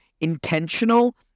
Intentional